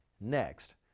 Next